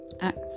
act